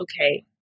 Okay